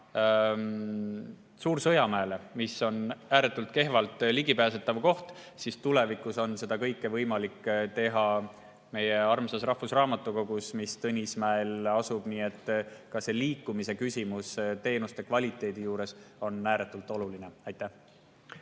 Suur-Sõjamäele, mis on ääretult kehvalt ligipääsetav koht, siis tulevikus on see kõik võimalik meie armsas rahvusraamatukogus, mis asub Tõnismäel. Ka see liikumise küsimus on teenuste kvaliteedi juures ääretult oluline. Signe